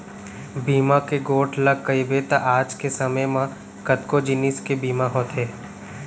बीमा के गोठ ल कइबे त आज के समे म कतको जिनिस के बीमा होथे